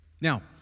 Now